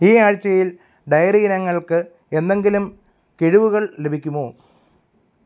ഈ ആഴ്ച്ചയിൽ ഡയറി ഇനങ്ങള്ക്ക് എന്തെങ്കിലും കിഴിവുകൾ ലഭിക്കുമോ